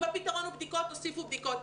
אם הפתרון הוא בדיקות, תוסיפו בדיקות.